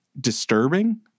disturbing